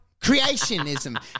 creationism